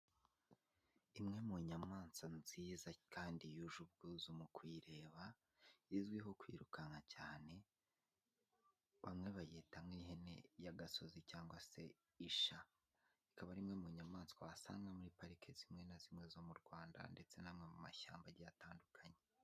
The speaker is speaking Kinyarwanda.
Imwe mu nyamwaswa nziza kandi yuje ubwuzu mu kuyireba izwiho kwirukanka cyane bamwe bayita nk'ihene y'agasozi cyangwa se isha, ikaba ari imwe mu nyamaswa wasanga muri pariki zimwe na zimwe zo mu Rwanda ndetse n'amwe mu mashyamba atandukanye.